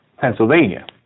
Pennsylvania